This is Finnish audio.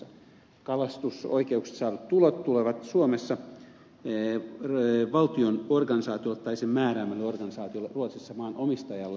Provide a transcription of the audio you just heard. kalastusoikeuksista saadut tulot tulevat suomessa valtion organisaatiolle tai sen määräämälle organisaatiolle ruotsissa maanomistajalle